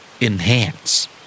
Enhance